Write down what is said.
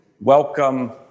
Welcome